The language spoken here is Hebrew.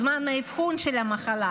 זמן האבחון של המחלה,